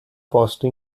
posto